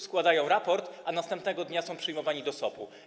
Składają raport, a następnego dnia są przyjmowani do SOP.